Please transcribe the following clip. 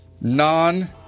non